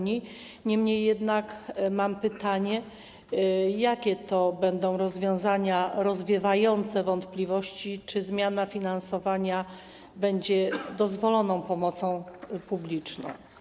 Niemniej jednak mam pytanie: Jakie to będą rozwiązania rozwiewające wątpliwości, czy zmiana finansowania będzie dozwoloną pomocą publiczną?